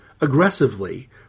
aggressively